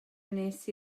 wnes